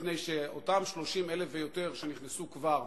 מפני שאותם 30,000 ויותר שנכנסו כבר,